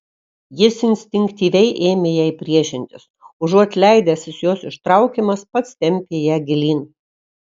jis instinktyviai ėmė jai priešintis užuot leidęsis jos ištraukiamas pats tempė ją gilyn